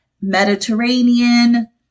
Mediterranean